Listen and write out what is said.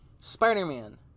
Spider-Man